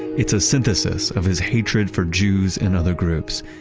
it's a synthesis of his hatred for jews and other groups,